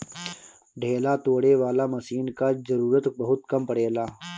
ढेला तोड़े वाला मशीन कअ जरूरत बहुत कम पड़ेला